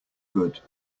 good